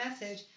message